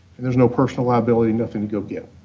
there's no personal liability, nothing to go get.